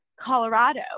Colorado